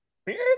spears